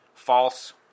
False